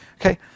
Okay